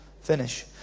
finish